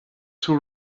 two